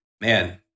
man